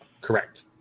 Correct